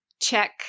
check